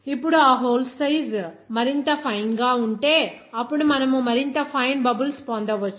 ఇప్పుడు ఆ hole size మరింత ఫైన్ గా ఉంటే అప్పుడు మనము మరింత ఫైన్ బబుల్స్ పొందవచ్చు